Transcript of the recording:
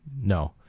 No